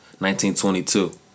1922